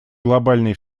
глобальной